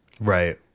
Right